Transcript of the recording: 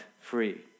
free